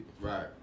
Right